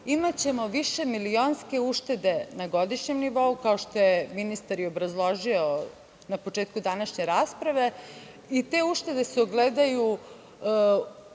imaćemo višemilionske uštede na godišnjem nivou, kao što je ministar i obrazložio na početku današnje rasprave, i te uštede se ogledaju